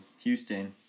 Houston